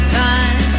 time